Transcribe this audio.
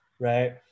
right